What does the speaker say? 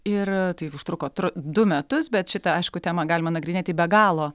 ir tai užtruko du metus bet šitą aišku temą galima nagrinėti be galo